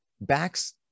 backs